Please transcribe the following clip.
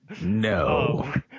No